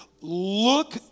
look